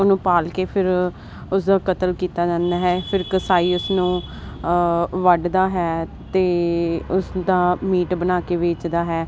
ਉਹਨੂੰ ਪਾਲ ਕੇ ਫਿਰ ਉਸ ਦਾ ਕਤਲ ਕੀਤਾ ਜਾਂਦਾ ਹੈ ਫਿਰ ਕਸਾਈ ਉਸਨੂੰ ਵੱਡਦਾ ਹੈ ਤੇ ਉਸਦਾ ਮੀਟ ਬਣਾ ਕੇ ਵੇਚਦਾ ਹੈ